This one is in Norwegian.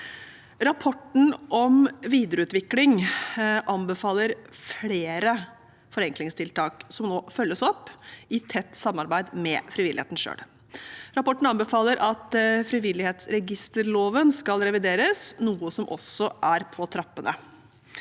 Rapporten om videreutvikling anbefaler flere forenklingstiltak som nå følges opp i tett samarbeid med frivilligheten selv. Rapporten anbefaler at frivillighetsre gisterloven skal revideres, noe som også er på trappene.